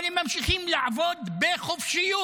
אבל הם ממשיכים לעבוד בחופשיות,